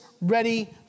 ready